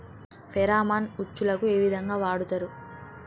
Pheromone ఉచ్చులకు ఏ విధంగా వాడుతరు?